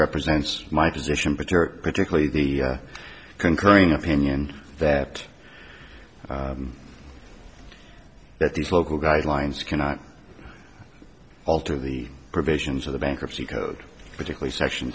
represents my position but there are particularly the concurring opinion that that these local guidelines cannot alter the provisions of the bankruptcy code particularly section